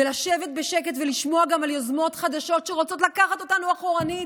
ולשבת בשקט ולשמוע גם על יוזמות חדשות שרוצות לקחת אותנו אחורנית?